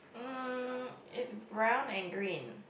mm it's brown and green